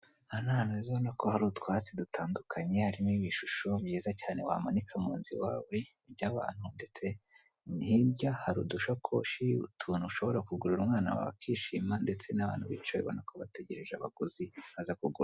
Aha n'ahantu heza ubona ko hari utwatsi dutandukanye harimo ibishusho byiza cyane wamanika mu nzu iwawe by'abantu ndetse hirya hari udushakoshi, utuntu ushobora kugurira umwana wawe akishima, ndetse n'abantu bicaye ubona ko bategereje abaguzi baza kugura.